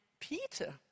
Peter